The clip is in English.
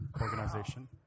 organization